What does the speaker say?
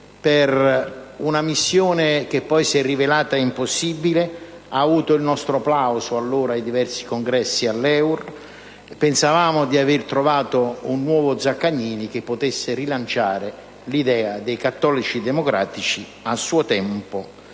per una missione che poi si è rivelata impossibile ha avuto allora il nostro plauso in diversi congressi all'EUR. Pensavamo di aver trovato un nuovo Zaccagnini, che potesse rilanciare l'idea dei cattolici democratici, a suo tempo